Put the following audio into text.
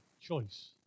choice